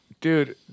Dude